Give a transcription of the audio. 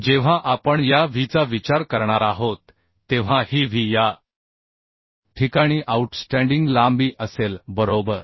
जेव्हा आपण या Wचा विचार करणार आहोत तेव्हा ही W या ठिकाणी आऊटस्टँडिंग लांबी असेल बरोबर